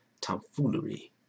tomfoolery